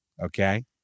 Okay